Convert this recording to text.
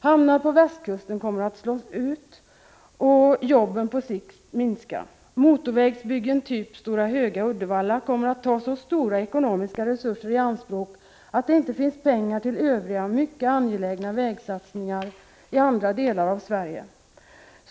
Hamnar på västkusten kommer att slås ut och jobben på sikt att minska. Motorvägsbyggen typ Stora Höga-Uddevalla kommer att ta så stora ekonomiska resurser i anspråk att det inte finns pengar till övriga mycket angelägna vägsatsningar i andra delar av Sverige.